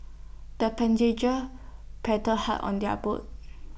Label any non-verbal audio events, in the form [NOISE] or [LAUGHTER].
the [UNINTELLIGIBLE] paddled hard on their boat